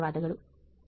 ಧನ್ಯವಾದಗಳು